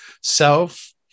self